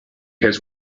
has